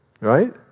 right